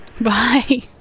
Bye